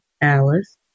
Alice